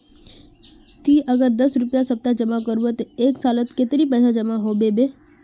ती अगर दस रुपया सप्ताह जमा करबो ते एक सालोत कतेरी पैसा जमा होबे बे?